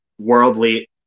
worldly